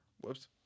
Whoops